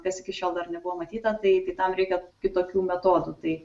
kas iki šiol dar nebuvo matyta tai tai tam reikia kitokių metodų tai